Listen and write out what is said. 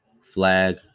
Flag